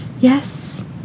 Yes